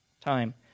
time